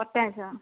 ଆଚ୍ଛା ଆଚ୍ଛା